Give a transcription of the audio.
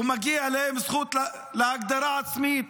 ומגיעה להם זכות להגדרה עצמית.